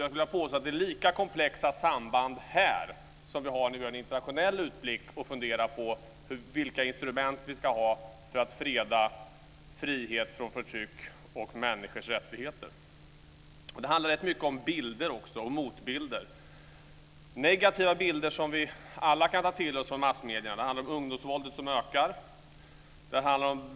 Jag vill hävda att det är lika komplexa samband här som vid en internationell utblick när det gäller vilka instrument som vi ska använda för att främja frihet från förtryck och för att försvara människors rättigheter. Det handlar också rätt mycket om bilder och motbilder. Vi kan alla ta till oss negativa bilder i massmedierna. Ungdomsvåldet ökar.